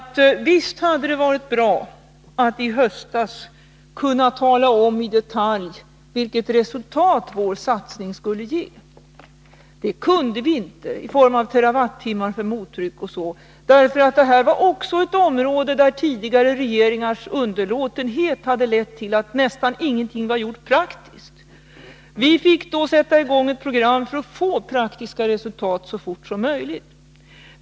Visst hade det varit bra att i höstas i detalj kunna tala om vilket resultat vår satsning skulle ge, t.ex. i form av terawattimmar för mottryck. Det kunde vi inte, därför att också det här var ett område där tidigare regeringars underlåtenhet lett till att nästan ingenting var gjort praktiskt. Vi fick sätta i gång ett program för att så fort som möjligt få praktiska resultat.